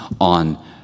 on